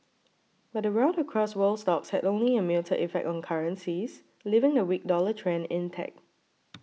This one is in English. but the rout across world stocks had only a muted effect on currencies leaving the weak dollar trend intact